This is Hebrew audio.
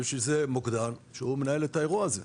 יש איזה שהוא מוקדן שהוא מנהל את האירוע הזה.